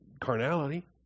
carnality